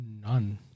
None